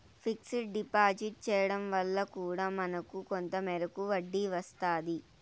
fixed deposit చేయడం వల్ల కూడా మనకు కొంత మేరకు వడ్డీ వస్తాది